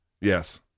Yes